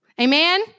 Amen